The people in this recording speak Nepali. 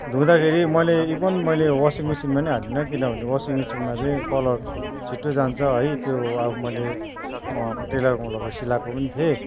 धुँदाखेरि मैले इभन मैले वसिङ मेसिनमा नि हालिनँ किनभने वसिङ मेसिनमा चाहिँ कलर छिट्टो जान्छ है त्यो अब मैले टेलरकोमा लगेर सिलाएको पनि थिएँ